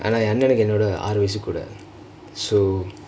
ஆனா என் அண்ணாவுக்கு என்னொட ஆறு வயசுக்கூட:aanaa en annaukku ennoda aaru vayasu kuuda so